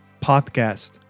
podcast